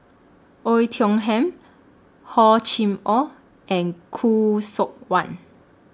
Oei Tiong Ham Hor Chim Or and Khoo Seok Wan